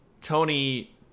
Tony